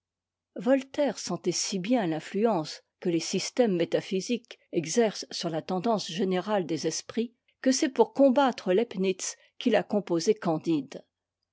voltaire sentait si bien l'influence que les systèmes métaphysiques exercent sur la tendance générale des esprits que c'est pour combattre leibnitz qu'il a composé candide